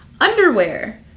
underwear